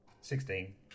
Sixteen